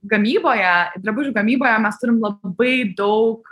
gamyboje drabužių gamyboje mes turim labai daug